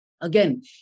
Again